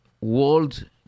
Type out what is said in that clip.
world